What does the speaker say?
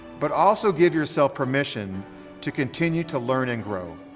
but also give yourself permission to continue to learn and grow.